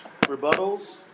Rebuttals